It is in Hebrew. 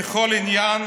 בכל עניין,